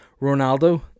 Ronaldo